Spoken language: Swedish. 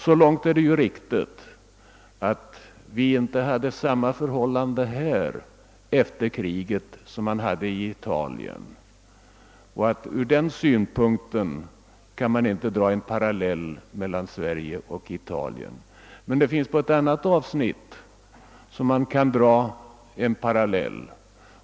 Så långt har han rätt som att vi inte hade samma förhållanden här efter kriget som man hade i Italien och att vi därvidlag inte kan dra en parallell mellan Sverige och Italien, men på ett annat avsnitt kan vi göra det.